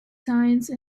science